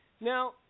Now